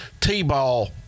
T-ball